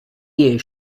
years